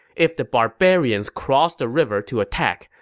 if the barbarians cross the river to attack,